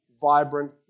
vibrant